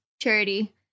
charity